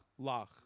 lach